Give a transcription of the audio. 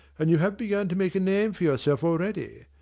and you have begun to make a name for yourself already.